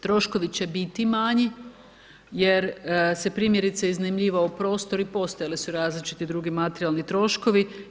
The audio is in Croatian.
Troškovi će biti manji jer se primjerice, iznajmljivao prostor i postojali su različiti drugi materijalni troškovi.